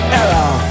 error